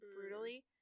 brutally